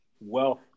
wealth